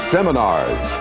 Seminars